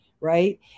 right